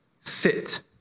sit